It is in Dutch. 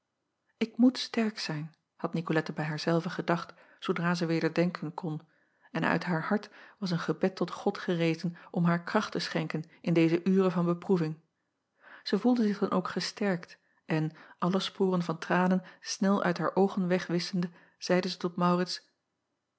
k moet sterk zijn had icolette bij haar zelve gedacht zoodra zij weder denken kon en uit haar hart was een gebed tot od gerezen om haar kracht te schenken in deze ure van beproeving ij voelde zich dan ook gesterkt en alle sporen van tranen snel uit haar oogen wegwisschende zeide zij tot aurits